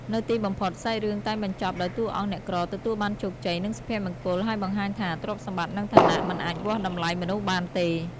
នៅទីបំផុត សាច់រឿងតែងបញ្ចប់ដោយតួអង្គអ្នកក្រទទួលបានជោគជ័យ និងសុភមង្គល ហើយបង្ហាញថា ទ្រព្យសម្បត្តិ និងឋានៈ មិនអាចវាស់តម្លៃមនុស្សបានទេ។